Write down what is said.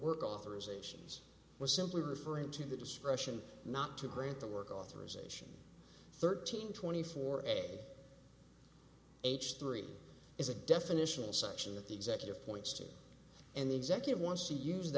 work authorizations was simply referring to the discretion not to grant the work authorization thirteen twenty four a h three is a definitional section of the executive points to an executive wants to use